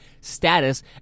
status